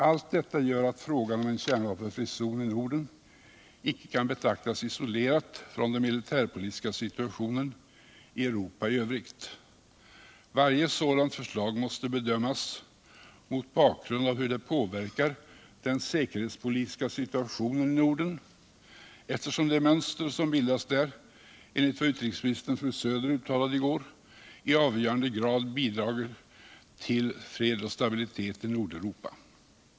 All detta gör att frågan om en kärnvapenfri zon i Norden inte kan betraktas isolerat från den militärpolitiska situationen i Europa i övrigt. Varje sådant förslag måste bedömas mot bakgrund av hur det påverkar den siäkerhetspolitiska situationen i Norden, eftersom det mönster som bildas där, enligt vad utrikesministern Karin Söder uttalade i går, i avgörande grad bidragit till fred och stabilitet i Nordeuropa.